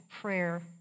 prayer